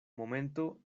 momento